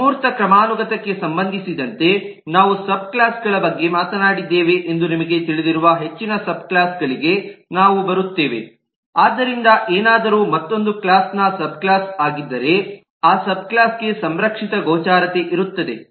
ಅಮೂರ್ತ ಕ್ರಮಾನುಗತಕ್ಕೆ ಸಂಬಂಧಿಸಿದಂತೆ ನಾವು ಸಬ್ಕ್ಲಾಸ್ ಗಳ ಬಗ್ಗೆ ಮಾತನಾಡಿದ್ದೇವೆ ಎಂದು ನಿಮಗೆ ತಿಳಿದಿರುವ ಹೆಚ್ಚಿನ ಸಬ್ಕ್ಲಾಸ್ ಗಳಿಗೆ ನಾವು ಬರುತ್ತೇವೆ ಆದ್ದರಿಂದ ಏನಾದರೂ ಮತ್ತೊಂದು ಕ್ಲಾಸ್ ನ ಸಬ್ಕ್ಲಾಸ್ ಆಗಿದ್ದರೆ ಆ ಸಬ್ಕ್ಲಾಸ್ ಗೆ ಸಂರಕ್ಷಿತ ಗೋಚರತೆ ಇರುತ್ತದೆ